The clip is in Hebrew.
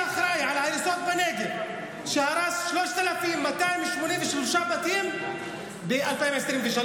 האיש האחראי לאזור בנגב שהרס 3,283 בתים ב-2023.